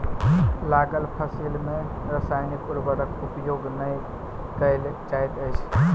लागल फसिल में रासायनिक उर्वरक उपयोग नै कयल जाइत अछि